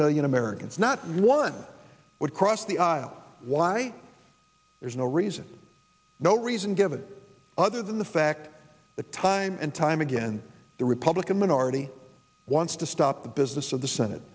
million americans not one would cross the aisle why there's no reason no reason given other than the fact that time and time again the republican minority wants to stop the business of the senate